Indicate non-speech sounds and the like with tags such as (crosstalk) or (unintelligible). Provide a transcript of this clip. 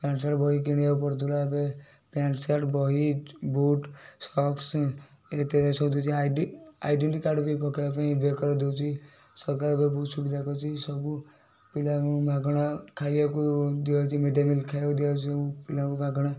pant shirt ବହି କିଣିବାକୁ ପଡ଼ୁଥିଲା ଏବେ ପ୍ୟାଣ୍ଟ୍ ସାର୍ଟ ବହି ବୁଟ୍ ସକ୍ସ (unintelligible) ସବୁ ଦେଉଛି ଆଇଡ଼ି ଆଇଡ଼େଣ୍ଟିଟି କାର୍ଡ଼ ବି ପକେଇବା ପାଇଁ ବେକରେ ଦେଉଛି ସରକାର ଏବେ ବହୁତ ସୁବିଧା କରିଛି ସବୁ ପିଲାଙ୍କୁ ମାଗଣା ଖାଇବାକୁ ଦିଆ ହେଉଛି ମିଡ଼୍ ଡ଼େ ମିଲ୍ ଖାଇବାକୁ ଦିଆ ହେଉଛି ସବୁ ପିଲାଙ୍କୁ ମାଗଣା